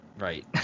Right